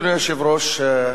אדוני היושב-ראש,